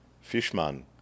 Fishman